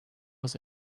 was